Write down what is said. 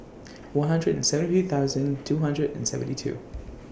one hundred and seventy three thousand two hundred and seventy two